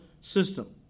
system